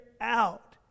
out